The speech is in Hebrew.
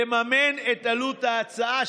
לממן את עלות ההצעה,